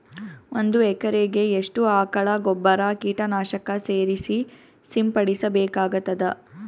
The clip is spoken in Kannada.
ಒಂದು ಎಕರೆಗೆ ಎಷ್ಟು ಆಕಳ ಗೊಬ್ಬರ ಕೀಟನಾಶಕ ಸೇರಿಸಿ ಸಿಂಪಡಸಬೇಕಾಗತದಾ?